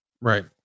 right